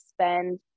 spend